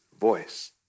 voice